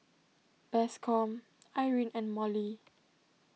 Bascom Irene and Mollie